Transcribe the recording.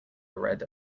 red